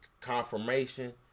confirmation